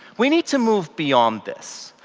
we need to move beyond this.